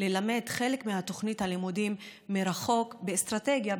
ללמד חלק מתוכנית הלימודים מרחוק כאסטרטגיה,